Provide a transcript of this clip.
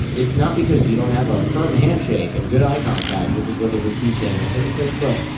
it's not because you don't have a firm handshake and good eye contact, which is what they were teaching. it's like, look.